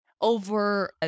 over